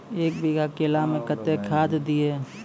एक बीघा केला मैं कत्तेक खाद दिये?